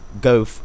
Go